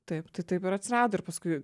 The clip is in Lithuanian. taip tai taip ir atsirado ir paskui